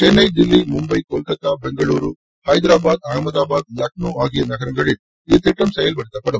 சென்னை தில்லி மும்பை கொல்கத்தா பெங்களுரு ஹைதராபாத் அகமதாபாத் லக்னோ ஆகிய நகரங்களில் இத்திட்டம் செயல்படுத்தப்படும்